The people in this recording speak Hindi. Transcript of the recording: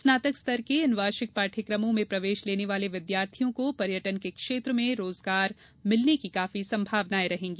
स्नातक स्तर के इन वार्षिक पाठ्यक्रमों में प्रवेश लेने वाले विद्यार्थियों को पर्यटन के क्षेत्र में रोजगार मिलने की काफी संभावनाएं रहेंगी